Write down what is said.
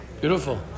Beautiful